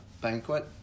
banquet